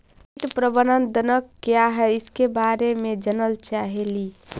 कीट प्रबनदक क्या है ईसके बारे मे जनल चाहेली?